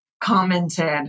commented